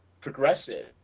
progressive